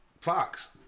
Fox